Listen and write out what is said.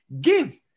give